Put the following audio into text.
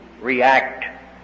react